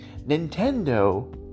Nintendo